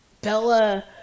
Bella